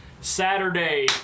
Saturday